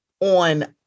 on